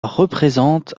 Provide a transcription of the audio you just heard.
représente